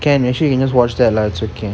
can actually we can just watch that lah also can